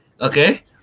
okay